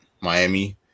Miami